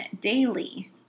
daily